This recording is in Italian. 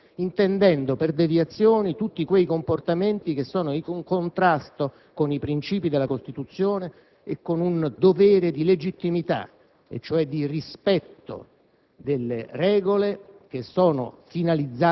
nell'attività dei Servizi di informazione e sicurezza. Per deviazioni intendo tutti i comportamenti in contrasto con i princìpi della Costituzione e con il dovere di legittimità, cioè di rispetto